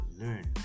learn